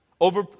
over